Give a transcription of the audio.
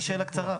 שאלתי שאלה קצרה.